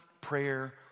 prayer